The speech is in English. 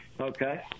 Okay